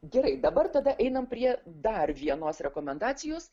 gerai dabar tada einam prie dar vienos rekomendacijos